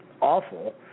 awful